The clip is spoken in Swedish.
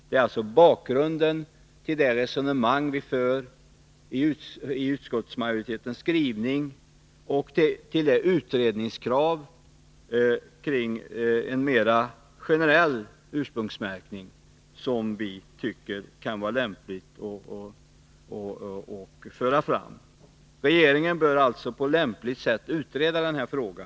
Detta är bakgrundew till det resonemang utskottsmajoriteten för i sin skrivning och till det krav å utredning av en mera generell ursprungsmärkning som vi tycker att det kan vara lämpligt att föra fram. Regeringen bör alltså på lämpligt sätt utreda den här frågan.